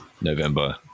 November